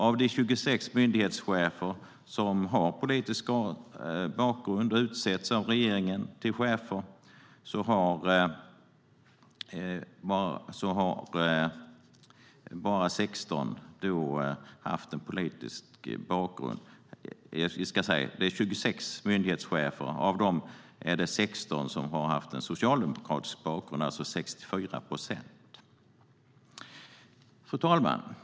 Av de 26 myndighetschefer som har politisk bakgrund och som har utsetts av regeringen till chefer har 16 socialdemokratisk bakgrund, alltså 64 procent. Fru talman!